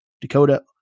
Dakota